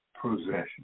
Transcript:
possession